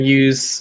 use